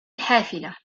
الحافلة